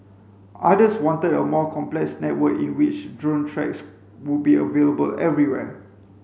others wanted a more complex network in which drone tracks would be available everywhere